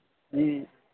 जी